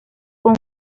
con